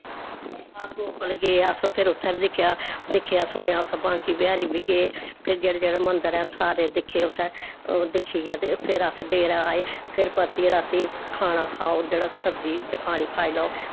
गे अस फिर उत्थैं बी दिक्खेआ दिक्खेआ सनेंआ उत्थै बांके बिहारी बी गे फिर जेह्ड़े जेह्ड़े मन्दर हैन सारे दिक्खे उत्थें ओह् दिक्खियै ते फिर अस डेरै आए फिर परतियै रातीं खाना खाओ जेह्ड़ा सब्जी खानी खाई लैओ